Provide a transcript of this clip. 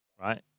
right